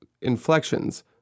inflections